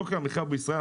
יוקר המחיה בישראל,